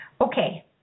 Okay